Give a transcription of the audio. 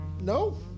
No